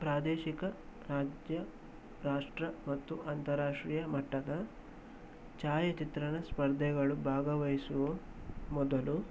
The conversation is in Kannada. ಪ್ರಾದೇಶಿಕ ರಾಜ್ಯ ರಾಷ್ಟ್ರ ಮತ್ತು ಅಂತಾರಾಷ್ಟ್ರೀಯ ಮಟ್ಟದ ಛಾಯಾಚಿತ್ರಣ ಸ್ಪರ್ಧೆಗಳು ಭಾಗವಹಿಸುವ ಮೊದಲು